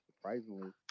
surprisingly